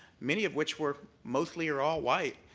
many of which were mostly or all white,